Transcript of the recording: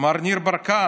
מר ניר ברקת,